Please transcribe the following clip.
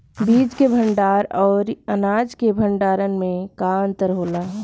बीज के भंडार औरी अनाज के भंडारन में का अंतर होला?